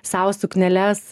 sau sukneles